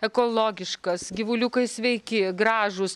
ekologiškas gyvuliukai sveiki gražūs